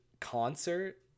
concert